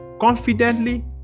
confidently